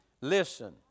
listen